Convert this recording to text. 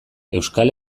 euskal